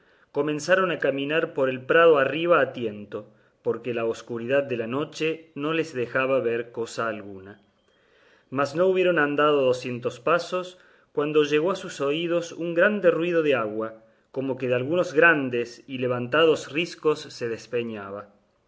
comenzaron a caminar por el prado arriba a tiento porque la escuridad de la noche no les dejaba ver cosa alguna mas no hubieron andado docientos pasos cuando llegó a sus oídos un grande ruido de agua como que de algunos grandes y levantados riscos se despeñaba